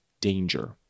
danger